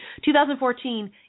2014